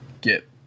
get